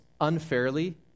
unfairly